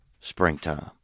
Springtime